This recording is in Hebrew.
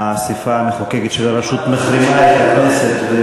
האספה המחוקקת של הרשות מחרימה את הכנסת.